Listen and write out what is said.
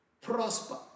Prosper